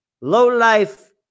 Low-life